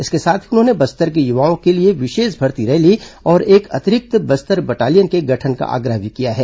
इसके साथ ही उन्होंने बस्तर के युवाओं के लिए विशेष भर्ती रैली और एक अतिरिक्त बस्तर बटालियन के गठन का आग्रह भी किया है